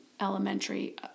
elementary